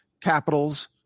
capitals